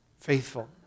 faithful